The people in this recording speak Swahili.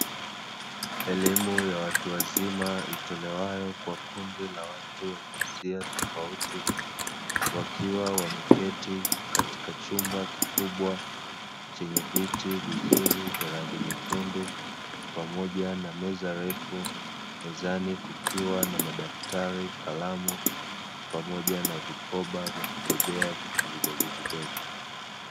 Elimu ya watu wazima itolewayo kwa kundi la watu wa jinsia tofauti, wakiwa wameketi katika chumba kikubwa chenye viti vizuri vya rangi nyekundu pamoja na meza refu, mezani kukiwa na madaftari, kalamu pamoja na vikoba vya kubebea vitu vidogovidogo.